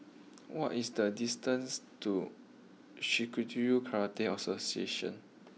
what is the distance to Shitoryu Karate Association